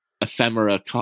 ephemera